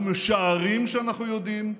אנחנו משערים שאנחנו יודעים,